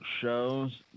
shows